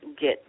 get